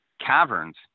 caverns